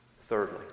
Thirdly